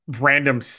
random